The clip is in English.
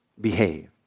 behave